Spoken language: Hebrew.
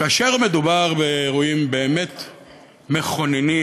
כאשר מדובר באירועים באמת מכוננים,